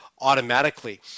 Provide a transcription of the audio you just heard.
automatically